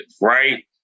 right